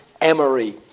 Emery